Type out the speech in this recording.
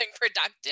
productive